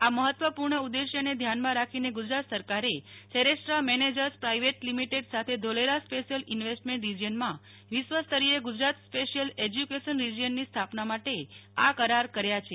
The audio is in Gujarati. આ મહત્વપુર્ણ ઉદેશ્યને ધ્યાનમાં રાખીને ગુજરાત સરકારે સરેરાશ સેરેસ્ટ્રા મેનેજર્સ પ્રાઈવેટ લિમિટેડ સાથે ધોલેરા સ્પેશ્યલ ઈન્વેસ્ટમેન્ટ રિજીયનમાં વિશ્વસ્તરીય ગુજરાત સ્પેશિયલ એજ્યકેશન રિજીયનની સ્થાપના માટે આ કરાર કર્યા છે